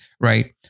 right